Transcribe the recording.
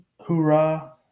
hoorah